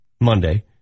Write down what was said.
Monday